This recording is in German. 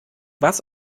was